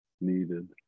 needed